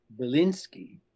Belinsky